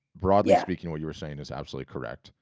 broadly speaking, what you were saying is absolutely correct.